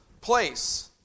place